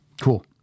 Cool